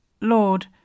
Lord